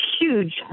huge